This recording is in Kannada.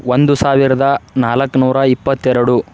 ಒಂದು ಸಾವಿರದ ನಾಲ್ಕುನೂರ ಇಪ್ಪತ್ತೆರಡು